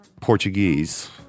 Portuguese